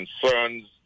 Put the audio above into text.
concerns